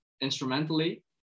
instrumentally